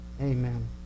Amen